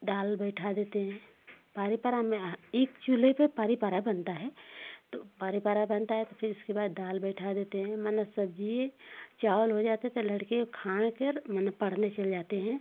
दाल बैठा देते हैं एक चूल्हे पर बनता है तो बनता है तो फिर उसके बाद दाल बैठा देते हैं मानो सब्जी चावल हो जाते हैं तो लड़के को खाकर माने पढने चले जाते हैं